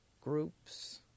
Groups